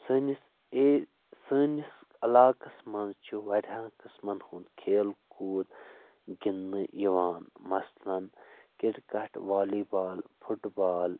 سٲنس سٲنس علاقس منٛز چھِ وارِیاہن قٕسمن ہُند کھیل کوٗد گندٕنہٕ یِوان مثلن کِرکٹ والی بال فُٹ بال